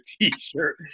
t-shirt